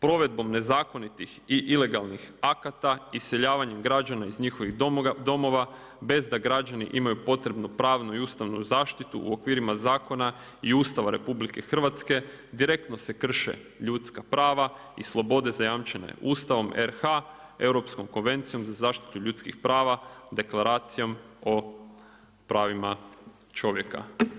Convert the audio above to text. Provedbom nezakonitih i ilegalnih akata, iseljavanjem građana iz njihovih domova bez da građani imaju potrebnu pravnu i ustavnu zaštitu u okvirima zakona i Ustava RH, direktno se krše ljudska prava i slobode zajamčene Ustavom RH, Europskom konvencijom za zaštitu ljudskih prava, Deklaracijom o pravima čovjeka.